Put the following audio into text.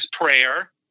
prayer